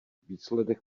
výsledek